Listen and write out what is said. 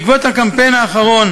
בעקבות ה"קמפיין" האחרון